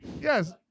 Yes